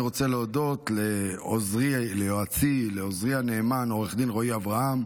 אני רוצה להודות לעוזרי הנאמן ויועצי עו"ד רועי אברהם,